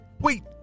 Wait